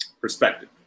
Perspective